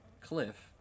cliff